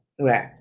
right